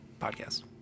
podcast